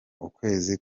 ukwezi